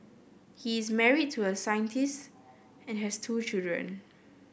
he is married to a scientist and has two children